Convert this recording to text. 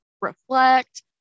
reflect